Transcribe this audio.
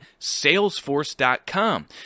Salesforce.com